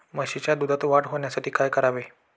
म्हशीच्या दुधात वाढ होण्यासाठी काय करावे?